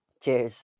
Cheers